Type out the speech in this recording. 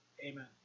amen